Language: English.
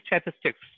statistics